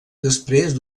després